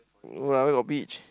no lah where got beach